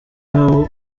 emma